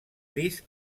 gris